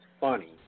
funny